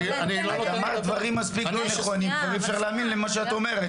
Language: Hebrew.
אי אפשר להאמין למה שאת אומרת.